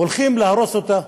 הולכים להרוס אותה.